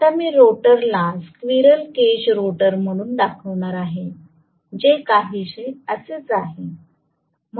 आता मी रोटरला स्क्विरल केज रोटर म्हणून दाखवणार आहे जे काहीसे असेच आहे